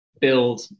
build